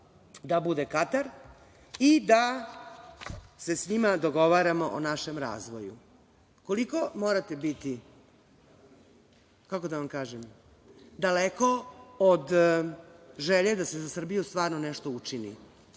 da bude Katar, i da se sa svima dogovaramo o našem razvoju. Koliko morate biti, kako da vam kažem, daleko od želje da se za Srbiju stvarno nešto učini?